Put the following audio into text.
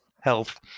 health